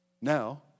Now